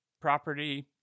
property